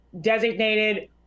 designated